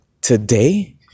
today